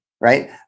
right